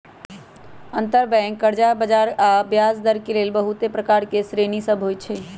अंतरबैंक कर्जा बजार मे कर्जा आऽ ब्याजदर के लेल बहुते प्रकार के श्रेणि सभ होइ छइ